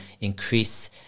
increase